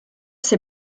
ses